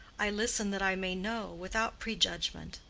i listen that i may know, without prejudgment.